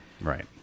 Right